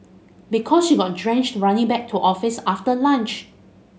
because you got drenched running back to office after lunch